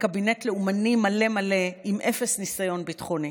בקבינט לאומני מלא מלא עם אפס ניסיון ביטחוני.